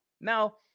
now